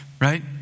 right